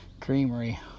creamery